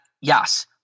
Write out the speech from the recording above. yes